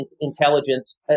intelligence